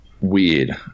weird